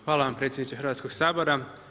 Hvala vam predsjedniče Hrvatskog sabora.